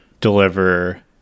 deliver